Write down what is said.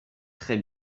très